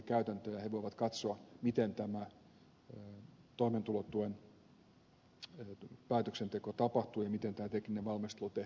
ne voivat katsoa miten tämä toimeentulotuen päätöksenteko tapahtuu ja miten tämä tekninen valmistelu tehdään